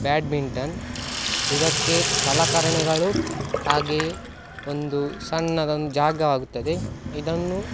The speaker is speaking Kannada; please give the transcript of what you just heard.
ಬ್ಯಾಡ್ಮಿಂಟನ್ ಇದಕ್ಕೆ ಸಲಕರಣೆಗಳು ಹಾಗೆಯೇ ಒಂದು ಸಣ್ಣದೊಂದು ಜಾಗ ಆಗುತ್ತದೆ ಇದನ್ನು